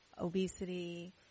obesity